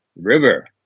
River